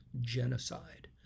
genocide